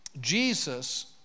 Jesus